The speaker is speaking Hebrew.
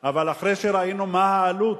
אבל אחרי שראינו מה העלות,